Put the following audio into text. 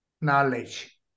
Knowledge